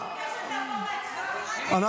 נעבור להצבעה.